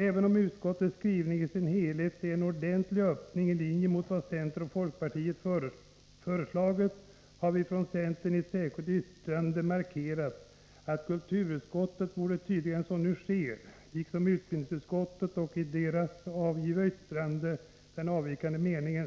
Även om utskottets skrivning i sin helhet innebär en ordentlig öppning i linje med vad centern och folkpartiet förordat har vi från centerns sida i ett särskilt yttrande — liksom man har gjort i den avvikande mening som anförts i utbildningsutskottets yttrande — markerat att kulturutskottet borde tydligare än vad som nu sker